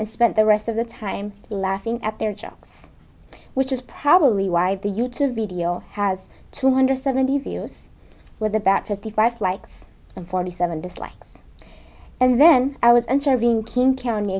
and spent the rest of the time laughing at their jokes which is probably why the you tube video has two hundred seventy views with about fifty five likes and forty seven dislikes and then i was interviewing king county